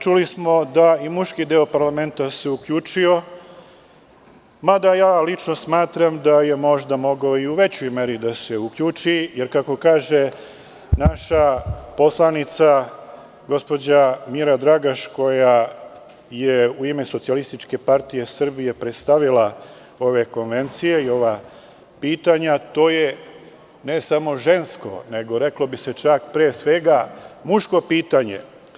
Čuli smo da se i muški deo parlamenta uključio u to, mada lično smatram da je mogao i u većoj meri da se uključi, jer kako kaže naša poslanica gospođa Mira Dragaš koja je u ime SPS predstavila ove konvencije i ova pitanja, to je ne samo žensko, čak bi se reklo pre svega muško pitanje.